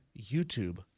YouTube